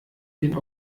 den